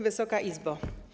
Wysoka Izbo!